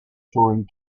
touring